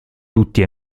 tutti